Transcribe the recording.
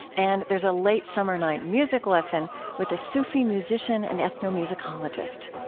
and there's a late-summer-night music lesson with a sufi musician and ethnomusicologist